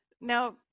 Now